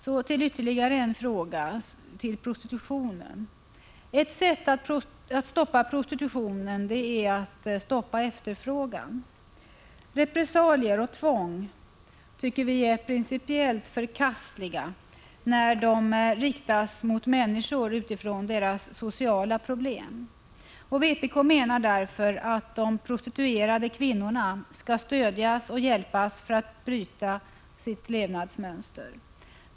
Jag vill också ta upp frågan om prostitutionen. Ett sätt att stoppa prostitutionen är att stoppa efterfrågan. Åtgärder som innebär repressalier och tvång tycker vi är principiellt förkastliga när de riktas mot människor med utgångspunkt i deras sociala problem. Vpk menar därför att de prostituerade kvinnorna skall stödjas och hjälpas för att de skall kunna bryta sitt levnadsmönster.